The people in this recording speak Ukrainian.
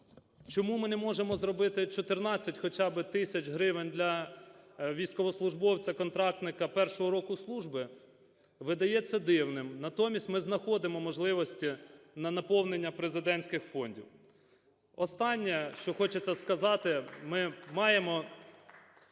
Чому ми не можемо зробити 14 хоча би тисяч гривень для військовослужбовця-контрактника першого року служби, видається дивним. Натомість ми знаходимо можливості на наповнення президентських фондів. Останнє, що хочеться сказати. Ми маємо